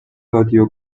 رادیو